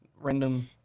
Random